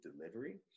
delivery